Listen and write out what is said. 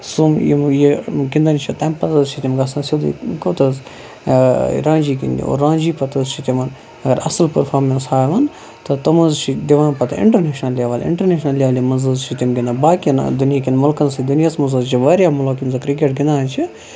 سم ہم یِم یہِ گِنٛدان چھِ تَمہِ پتہٕ حظ چھِ گِنٛدان تِم سیۄدُے کوٚت حظ رانٛجی گِنٛدنہِ اور رانجی پتہٕ حظ چھِ تِمن اَصٕل پٔرفارمیٚنٕس ہاوٕنۍ تہٕ تِم حظ چھِ دِوان پتہٕ اِنٹَر نیشنل لیول اِنٹَرنیشنل لیولہِ منٛز حظ چھِ تِم گِنٛدان باقین دُنیِہِکٮ۪ن مُکَلن سۭتۍ دُنیاہَس منٛز حظ چھِ واریاہ مُلُک یِم زَن کِرکٹ گِندان چھِ